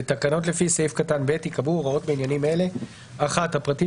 בתקנות לפי סעיף קטן (ב) ייקבעו הוראות בעניינים אלה: (1) הפרטים